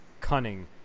cunning